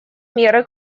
меры